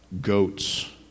goats